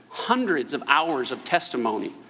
hundreds of hours of testimony,